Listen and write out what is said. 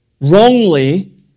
wrongly